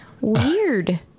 Weird